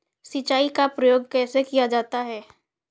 सिंचाई का प्रयोग कैसे किया जाता है?